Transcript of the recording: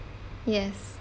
yes